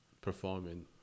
performing